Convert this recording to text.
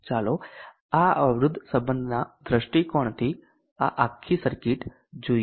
ચાલો આ અવરોધ સંબધના દૃષ્ટિકોણથી આ આખા સર્કિટ જોઈએ